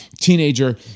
teenager